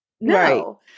no